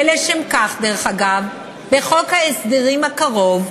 ולשם כך, דרך אגב, בחוק ההסדרים הקרוב,